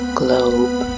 globe